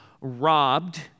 robbed